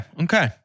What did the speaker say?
Okay